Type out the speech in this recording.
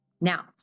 Now